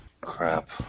Crap